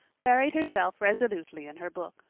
buried herself resolutely in her book.